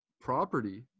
Property